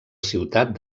ciutat